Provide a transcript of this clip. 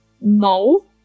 No